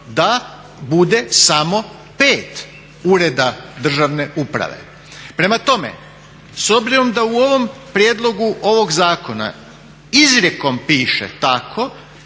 da bude samo 5 ureda državne uprave. Prema tome, s obzirom da u ovom prijedlogu ovog zakona izrijekom piše tako